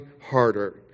harder